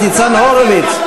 חבר הכנסת ניצן הורוביץ,